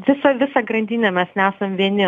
visa visa grandinė mes nesam vieni